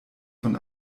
von